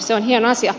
se on hieno asia